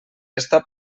està